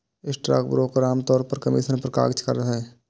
stockbroker आम तौर पर कमीशन पर काज करै छै